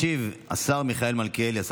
ישיב השר מיכאל מלכיאלי,